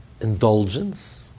indulgence